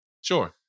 Sure